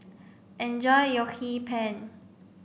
enjoy your Hee Pan